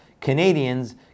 Canadians